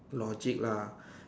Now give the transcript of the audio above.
logic lah